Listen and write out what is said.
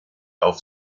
auf